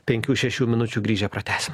penkių šešių minučių grįžę pratęsim